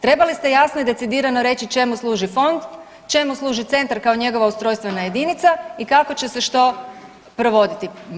Trebali ste jasno i decidirano reći čemu služi Fond, čemu služi centar kao njegova ustrojstvena jedinica i kako će se što provoditi.